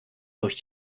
durch